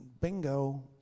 bingo